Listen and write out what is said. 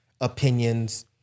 opinions